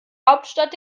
hauptstadt